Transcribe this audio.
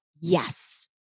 yes